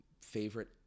favorite